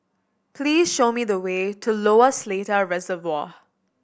please show me the way to Lower Seletar Reservoir